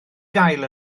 gael